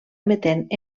emetent